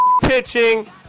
pitching